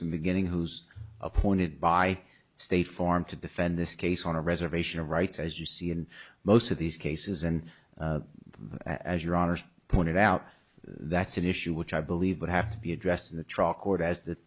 the beginning who's appointed by state farm to defend this case on a reservation of rights as you see in most of these cases and as your honour's pointed out that's an issue which i believe would have to be addressed in the tr